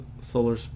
Solar